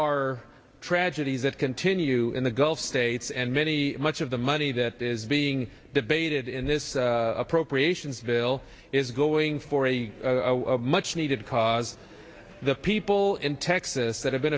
are tragedies that continue in the gulf states and many much of the money that is being debated in this appropriations bill is going for a much needed cause the people in texas that have been